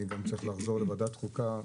אני גם צריך לחזור לוועדת החוקה,